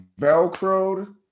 Velcroed